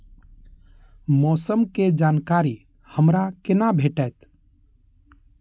मौसम के जानकारी हमरा केना भेटैत?